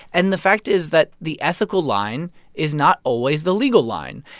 and the fact is that the ethical line is not always the legal line.